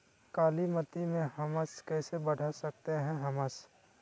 कालीमती में हमस कैसे बढ़ा सकते हैं हमस?